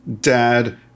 dad